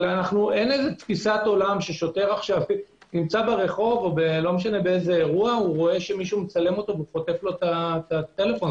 אין תפיסת עולם ששוטר רואה שמישהו מצלם אותו וחוטף לו את הטלפון.